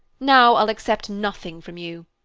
now i'll accept nothing from you.